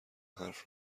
حرف